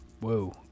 Whoa